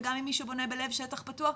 וגם אם מישהו שונה בלב שטח פתוח,